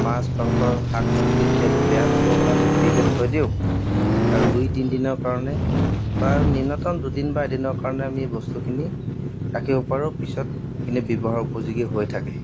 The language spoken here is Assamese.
মাছ মাংস শাক পাচলি ইত্যাদি বেয়া নহ'বৰ কাৰণে আমি ফ্ৰিজত থৈ দিওঁ আৰু দুই তিনি দিনৰ কাৰণে বা ন্যূনতম দুদিন বা এদিনৰ কাৰণে আমি বস্তুখিনি ৰাখিব পাৰোঁ পিছত এইখিনি ব্যৱহাৰ উপযোগী হৈ থাকে